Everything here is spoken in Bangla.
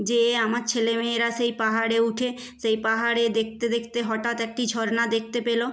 যেয়ে আমার ছেলে মেয়েরা সেই পাহাড়ে উঠে সেই পাহাড়ে দেখতে দেখতে হঠাৎ একটি ঝরনা দেখতে পেল